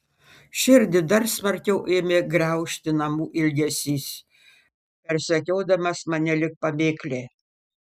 širdį dar smarkiau ėmė graužti namų ilgesys persekiodamas mane lyg pamėklė